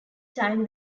time